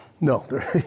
No